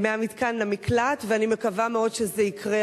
מהמתקן למקלט, ואני מקווה מאוד שזה יקרה.